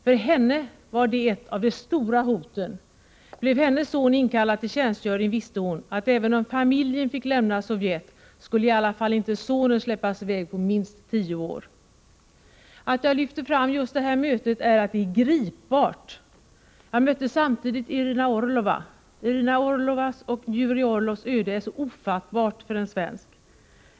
För henne var det ett av de stora hoten — blev hennes son inkallad till tjänstgöring visste hon att även om familjen fick lämna Sovjet skulle i alla fall inte sonen släppas i väg på minst tio år. Att jag lyfter fram just detta möte är att det är gripbart. Jag mötte samtidigt Irina Orlova. Irina Orlovas och Jurij Orlovs öde är så ofattbart för en svensk.